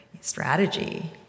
strategy